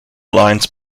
lines